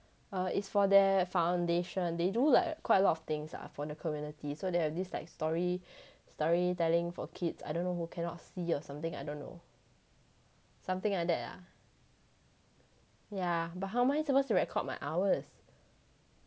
err is for their foundation they do like quite a lot of things lah for the community so they have this like story story telling for kids I don't know who cannot see or something I don't know something like that lah yeah but how am I supposed to record my hours